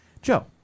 Joe